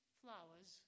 flowers